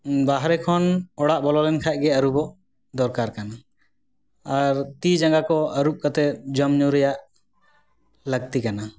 ᱵᱟᱦᱨᱮ ᱠᱷᱚᱱ ᱚᱲᱟᱜ ᱵᱚᱞᱚᱞᱮᱱ ᱠᱷᱟᱡᱜᱮ ᱟᱨᱩᱵᱚᱜ ᱫᱚᱨᱠᱟᱨ ᱠᱟᱱᱟ ᱟᱨ ᱛᱤᱼᱡᱟᱸᱜᱟ ᱠᱚ ᱟᱹᱨᱩᱵ ᱠᱟᱛᱮᱫ ᱡᱚᱢᱼᱧᱩ ᱨᱮᱭᱟᱜ ᱞᱟᱹᱠᱛᱤ ᱠᱟᱱᱟ